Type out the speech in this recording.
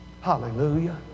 Hallelujah